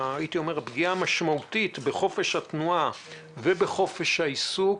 המשמעותית בחופש התנועה ובחופש העיסוק,